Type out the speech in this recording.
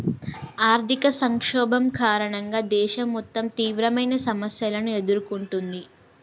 ఆర్థిక సంక్షోభం కారణంగా దేశం మొత్తం తీవ్రమైన సమస్యలను ఎదుర్కొంటుంది